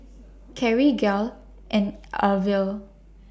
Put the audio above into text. Carri Gayle and Elvia